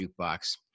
Jukebox